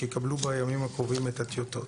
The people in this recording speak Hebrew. שיקבלו בימים הקרובים את הטיוטות.